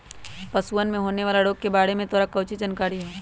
पशुअन में होवे वाला रोग के बारे में तोरा काउची जानकारी हाउ?